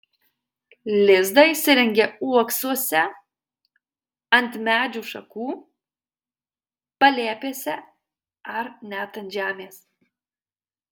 lizdą įsirengia uoksuose ant medžių šakų palėpėse ar net ant žemės